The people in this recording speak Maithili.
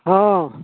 हँ